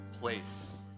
place